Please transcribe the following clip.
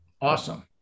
Awesome